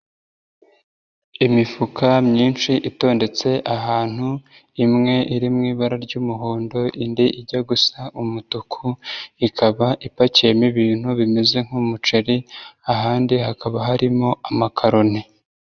Imifuka myinshi itondetse ahantu, imwe iri mu ibara ry'umuhondo, indi ijya gusa umutuku, ikaba ipakiyemo ibintu bimeze nk'umuceri, ahandi hakaba harimo amakaroni.